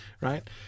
right